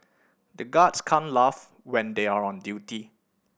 the guards can't laugh when they are on duty